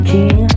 King